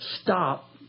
stop